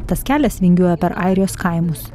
tas kelias vingiuoja per airijos kaimus